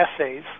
essays